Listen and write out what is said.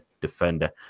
defender